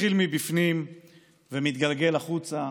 מתחיל מבפנים ומתגלגל החוצה.